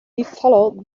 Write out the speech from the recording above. followed